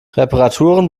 reparaturen